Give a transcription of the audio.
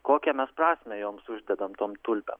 kokią mes prasmę joms uždedam tom tulpėm